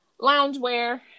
loungewear